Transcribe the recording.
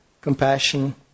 Compassion